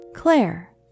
Claire